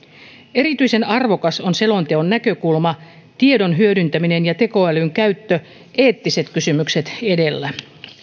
erityisen arvokas on selonteon näkökulma tiedon hyödyntäminen ja tekoälyn käyttö eettiset kysymykset edellä